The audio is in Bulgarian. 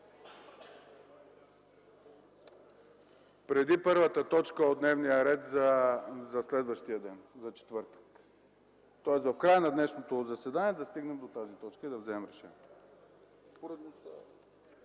Преди първата точка от дневния ред за следващия ден – за четвъртък, тоест в края на днешното заседание да стигнем до тази точка и да вземем решение.